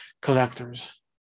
collectors